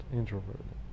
introverted